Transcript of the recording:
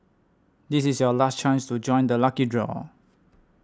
this is your last chance to join the lucky draw